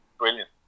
Brilliant